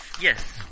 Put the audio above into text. Yes